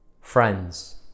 Friends